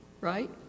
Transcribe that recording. Right